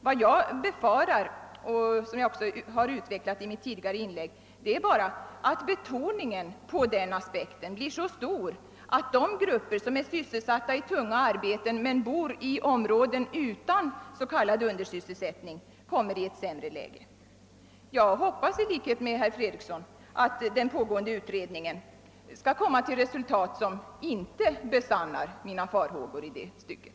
Vad jag befarar — vilket jag också har utvecklat i mitt tidigare inlägg — är bara att betoningen på den aspekten blir så stor, att de grupper som är sysselsatta i tunga arbeten men bor i områden utan s.k. undersysselsättning kommer i ett sämre läge. Jag hoppas i likhet med herr Fredriksson att den pågående utredningen skall komma till resultat som inte besannar mina farhågor i det stycket.